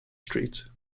street